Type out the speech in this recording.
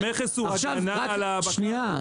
המכס הוא הגנה על --- סליחה,